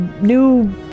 new